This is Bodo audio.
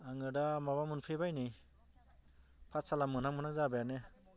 आङो दा माबा मोनफैबाय नै पाठसाला मोनहां मोनहां जाबायानो